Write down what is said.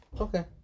Okay